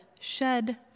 shed